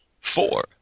four